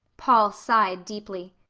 paul sighed deeply.